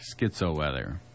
schizo-weather